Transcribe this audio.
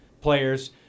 players